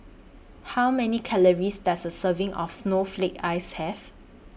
How Many Calories Does A Serving of Snowflake Ice Have